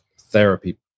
therapy